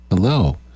Hello